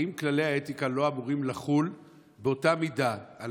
האם כללי האתיקה לא אמורים לחול באותה מידה על